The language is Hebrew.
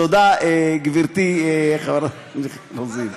תודה, גברתי חברת הכנסת רוזין.